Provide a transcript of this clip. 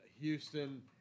Houston